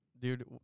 Dude